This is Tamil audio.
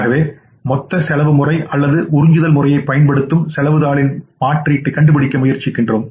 ஆகவே மொத்த செலவு முறை அல்லது உறிஞ்சுதல் முறையைப் பயன்படுத்தும் செலவுத் தாளின் மாற்றீட்டைக் கண்டுபிடிக்க முயற்சிக்கிறோம்